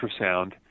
ultrasound